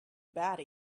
batty